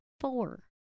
four